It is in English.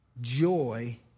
joy